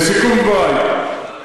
לסיכום דברי,